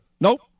Nope